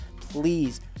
please